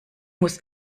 muss